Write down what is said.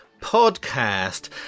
Podcast